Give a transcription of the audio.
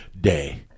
day